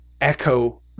echo